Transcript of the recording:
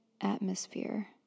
atmosphere